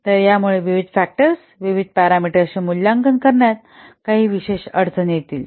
तर यामुळे विविध फॅक्टर्स विविध पॅरामीटर्सचे मूल्यांकन करण्यात काही विशेष अडचणी येतील